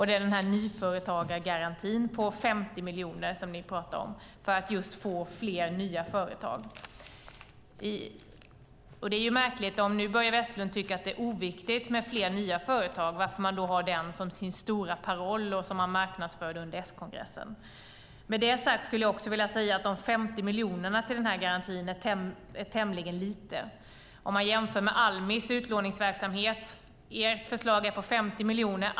Det är nyföretagargarantin på 50 miljoner, som ni pratar om. Det är märkligt att om Börje Vestlund tycker att det är oviktigt med fler nya företag, varför har man garantin som sin stora paroll och marknadsförde under S-kongressen? De 50 miljonerna till garantin är en tämligen låg summa.